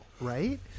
right